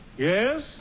Yes